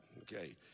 Okay